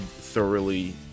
thoroughly